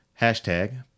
Hashtag